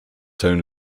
town